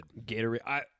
Gatorade